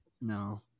No